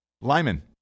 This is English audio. Lyman